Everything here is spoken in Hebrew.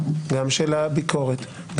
גם של הביקורת ,